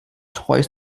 twice